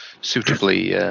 suitably